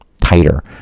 tighter